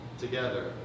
together